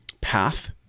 path